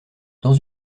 dans